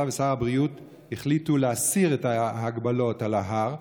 ושר הבריאות החליטו להסיר את ההגבלות על ההר,